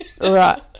Right